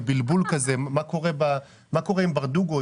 בבלבול: מה קורה עם ברדוגו,